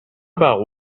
about